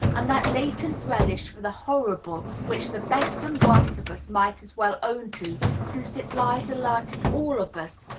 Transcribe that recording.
and that latent relish for the hor rible which the best and worst of us might as well own to, since it lies alert in all of us,